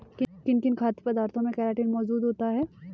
किन किन खाद्य पदार्थों में केराटिन मोजूद होता है?